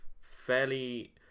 fairly